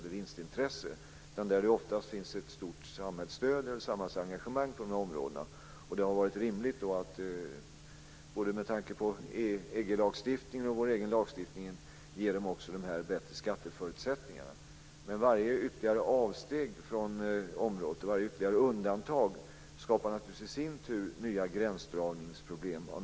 Det finns ofta ett starkt samhällsengagemang på de här områdena, och det har varit rimligt både med tanke på EG-lagstiftningen och med tanke på vår egen lagstiftning att ge dessa bättre skatteförutsättningar. Varje ytterligare undantag skapar dock i sin tur nya gränsdragningsproblem.